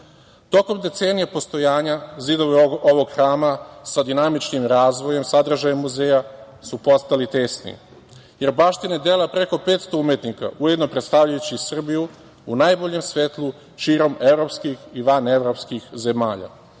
decenije postojanja, zidovi ovog hrama sa dinamičnim razvojem sadržaja muzeja su postali tesni, jer baštine dela preko 500 umetnika, ujedno predstavljajući Srbiju u najboljem svetlu širom evropskih i vanevropskih zemalja,